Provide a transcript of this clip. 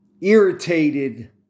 irritated